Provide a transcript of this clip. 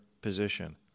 position